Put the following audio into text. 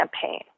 campaign